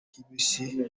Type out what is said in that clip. kibisi